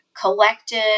collected